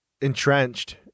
entrenched